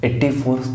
84